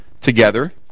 together